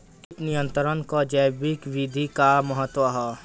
कीट नियंत्रण क जैविक विधि क का महत्व ह?